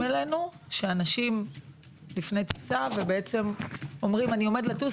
אלינו שאנשים לפני טיסה ואומרים: אני עומד לטוס,